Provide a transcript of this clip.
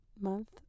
month